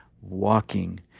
walking